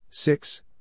Six